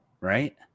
Right